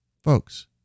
Folks